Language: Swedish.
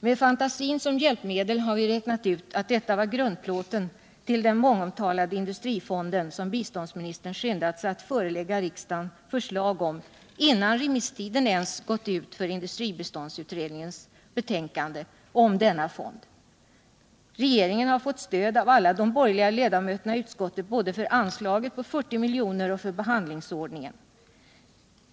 Med fantasin som hjälpmedel har vi räknat ut att detta var grundplåten till den mångomtalade industrifonden, som biståndsministern skyndat sig att förelägga riksdagen förslag om innan remisstiden ens gått ut för industribiståndsutredningens betänkande om denna fond. Regeringen har fått stöd av alla de borgerliga ledamöterna i utskottet både för anslaget på 40 milj.kr. och för behandlingsordningen.